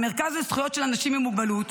המרכז לזכויות של אנשים עם מוגבלות,